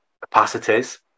capacities